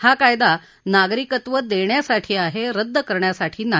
हा कायदा नागरिकत्व देण्यासाठी आहे रद्द करण्यासाठी नाही